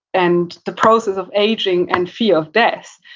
and the process of aging, and fear of death.